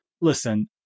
Listen